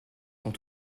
sont